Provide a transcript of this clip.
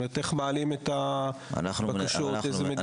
איך מעלים את הבקשות, איזה מדינות.